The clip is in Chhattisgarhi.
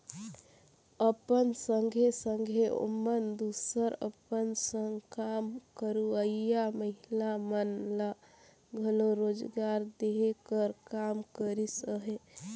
अपन संघे संघे ओमन दूसर अपन संग काम करोइया महिला मन ल घलो रोजगार देहे कर काम करिस अहे